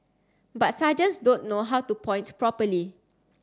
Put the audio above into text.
but sergeants don't know how to point properly